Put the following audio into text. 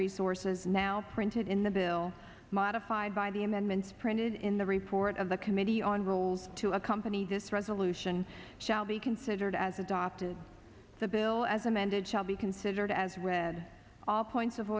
resources now printed in the bill modified by the amendments printed in the report of the committee on rules to accompany this resolution shall be considered as adopted the bill as amended shall be considered as read all points of